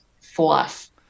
fluff